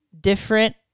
different